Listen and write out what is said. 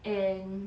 and